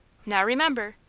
now remember,